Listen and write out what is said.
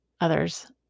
others